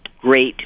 Great